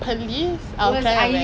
oh ya